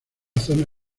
zona